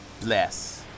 bless